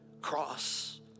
cross